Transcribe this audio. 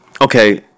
okay